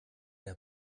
der